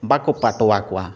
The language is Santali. ᱵᱟᱠᱚ ᱯᱟᱴᱣᱟ ᱠᱚᱣᱟ